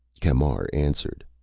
camar answered,